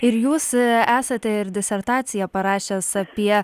ir jūs esate ir disertaciją parašęs apie